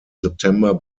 september